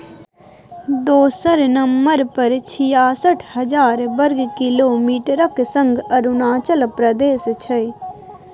दोसर नंबर पर छियासठ हजार बर्ग किलोमीटरक संग अरुणाचल प्रदेश छै